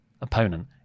opponent